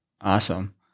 Awesome